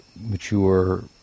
mature